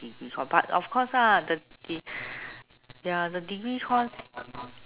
but of course lah the ya the degree course